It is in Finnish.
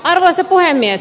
arvoisa puhemies